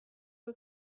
was